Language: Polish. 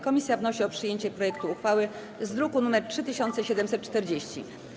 Komisja wnosi o przyjęcie projektu uchwały z druku nr 3740.